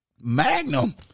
Magnum